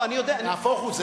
נהפוך הוא,